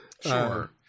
Sure